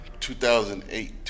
2008